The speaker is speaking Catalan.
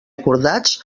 acordats